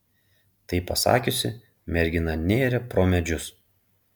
tai pasakiusi mergina nėrė pro medžius